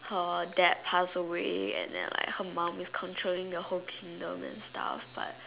her dad pass away and than like her mum is controlling the whole Kingdom and stuff but